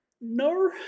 no